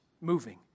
moving